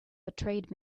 betrayed